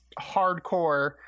hardcore